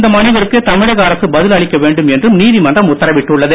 இந்த மனுவிற்கு தமிழக அரசு பதில் அளிக்க வேண்டும் என்றும் நீதிமன்றம் உத்தரவிட்டுள்ளது